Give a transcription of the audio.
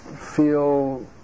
feel